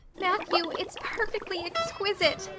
matthew, it's perfectly exquisite.